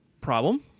Problem